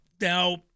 Now